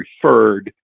preferred